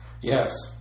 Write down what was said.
Yes